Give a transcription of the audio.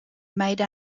made